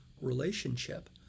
relationship